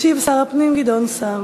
ישיב שר הפנים גדעון סער.